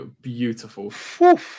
Beautiful